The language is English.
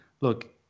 look